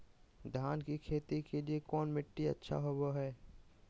धान की खेती के लिए कौन मिट्टी अच्छा होबो है?